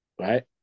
right